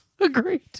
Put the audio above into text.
agreed